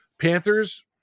Panthers